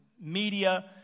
media